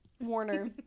Warner